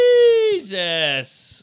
Jesus